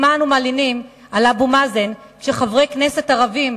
אך מה אנו מלינים על אבו מאזן כשחברי כנסת ערבים,